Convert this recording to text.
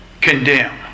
condemn